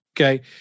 okay